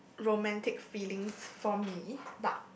romantic feelings for me but